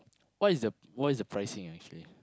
what is the what is the pricing actually